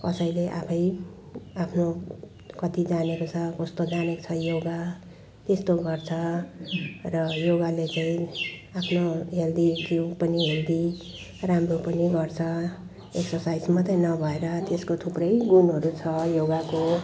कसैले आफै आफ्नो कति जानेको छ कस्तो जानेको छ योगा त्यस्तो गर्छ र योगाले चाहिँ आफ्नो हेल्दी जिउ पनि हेल्दी राम्रो पनि गर्छ एक्सर्साइज मात्रै नभएर त्यसको थुप्रै गुणहरू छ योगाको